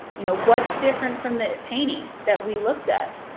you know what's different from the painting that we looked at?